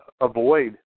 avoid